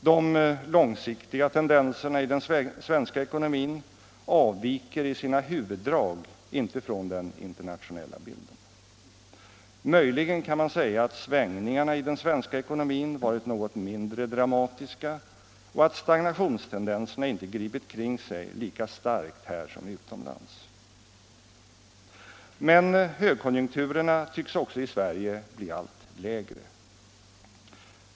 De långsiktiga tendenserna i den svenska ekonomin avviker i sina huvuddrag inte från den internationella bilden. Möjligen kan man säga att svängningarna i den svenska ekonomin varit något mindre dramatiska och att stagnationstendenserna inte gripit kring sig lika starkt här som utomlands. Högkonjunkturerna tycks också i Sverige bli allt lägre.